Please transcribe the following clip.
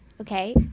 Okay